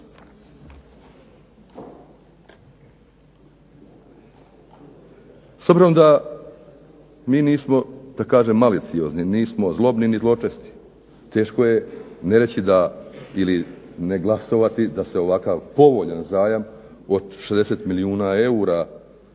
S obzirom da mi nismo maliciozni, nismo ni zlobni ni zločesti, teško je ne glasovati da se ovakav povoljan zajam od 60 milijuna eura